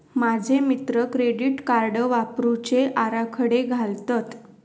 माझे मित्र credit card वापरुचे आराखडे घालतत